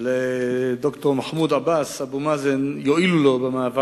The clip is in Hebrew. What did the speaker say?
יועילו לו, לד"ר מחמוד עבאס, אבו מאזן, במאבק